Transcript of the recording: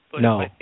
No